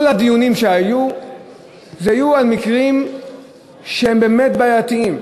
כל הדיונים בוועדה היו על מקרים שהם באמת בעייתיים,